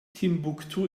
timbuktu